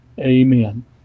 Amen